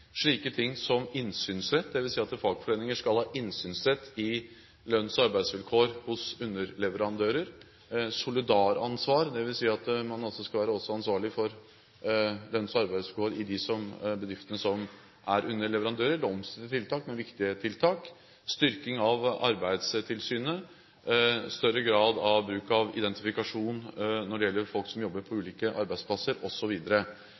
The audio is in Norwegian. slike ting som innsynsrett, dvs. at fagforeninger skal ha innsynsrett i lønns- og arbeidsvilkår hos underleverandører, solidaransvar, dvs. at man også skal være ansvarlig for lønns- og arbeidsvilkår i de bedriftene som er underleverandører – det er omstridte tiltak, men viktige tiltak – styrking av Arbeidstilsynet, større grad av bruk av identifikasjon når det gjelder folk som jobber på